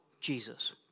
Jesus